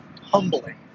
humbling